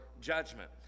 judgment